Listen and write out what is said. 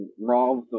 Raw